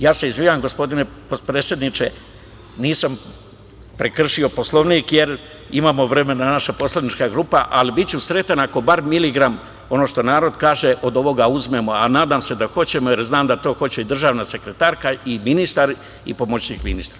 Ja se izvinjavam, gospodine potpredsedniče, nisam prekršio Poslovnik jer imamo vremena, naša poslanička grupa, ali ću biti sretan ako bar miligram, ono što narod kaže, od ovoga uzmemo, a nadam se da hoćemo jer znam da to hoće i državna sekretarka i ministar i pomoćnik ministra.